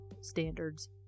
standards